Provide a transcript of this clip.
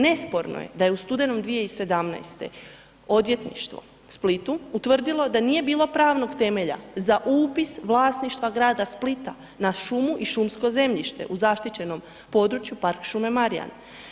Nesporno je da je u studenom 2017. odvjetništvo u Splitu utvrdilo da nije bilo pravnog temelja za upis vlasništva grada Splita na šumu i šumsko zemljište u zaštićenom području Park Šume Marjan.